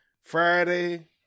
Friday